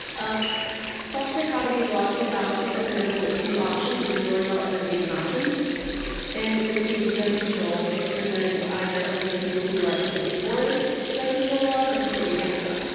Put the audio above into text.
false dichotomy is a logical fallacy that presents only two options. it ignores all other views and options and in the case of gun control its presenting either only people who are completely for gun control laws or completely against them.